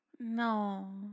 No